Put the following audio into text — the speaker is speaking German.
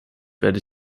werde